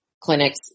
clinics